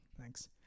Thanks